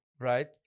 right